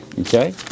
okay